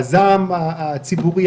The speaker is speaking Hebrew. הזעם הציבורי,